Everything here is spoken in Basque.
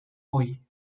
ohi